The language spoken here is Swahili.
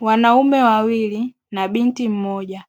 Wanaume wawili na binti mmoja